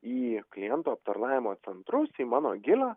į klientų aptarnavimo centrus į mano gilę